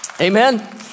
Amen